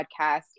podcast